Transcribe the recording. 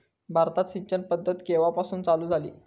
भारतात सिंचन पद्धत केवापासून चालू झाली?